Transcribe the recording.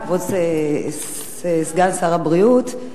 כבוד סגן שר הבריאות,